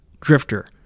Drifter